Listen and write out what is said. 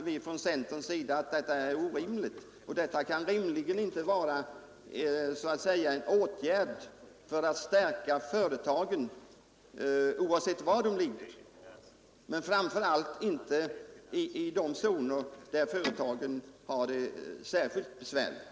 Vi inom centern menar att detta kan inte rimligen vara en åtgärd för att stärka företagen, oavsett var de ligger, men framför allt inte i de zoner där företagen har det särskilt besvärligt.